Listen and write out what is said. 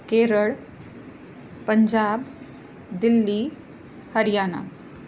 Kerala Punjab Delhi Haryana